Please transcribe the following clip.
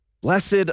Blessed